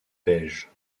beige